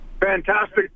Fantastic